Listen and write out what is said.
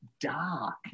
dark